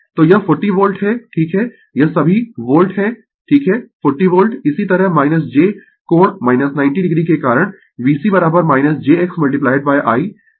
तो यह 40 वोल्ट है ठीक है यह सभी वोल्ट है ठीक है 40 वोल्ट इसी तरह j कोण 90 o के कारण VC j X I